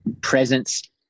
presence